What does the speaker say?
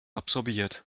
absorbiert